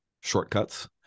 shortcuts